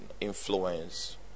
influence